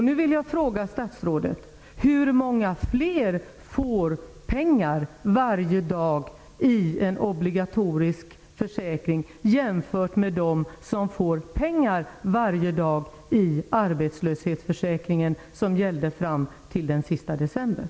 Nu vill jag fråga statsrådet: Hur många fler får ersättning varje dag med en obligatorisk försäkring jämfört med dem som får ersättning varje dag med den arbetslöshetsförsäkring som gällde fram till den 31